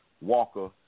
Walker